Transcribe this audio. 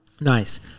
Nice